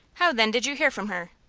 how, then, did you hear from her?